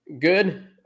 good